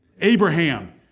Abraham